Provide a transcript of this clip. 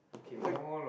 like